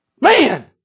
Man